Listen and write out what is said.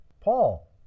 Paul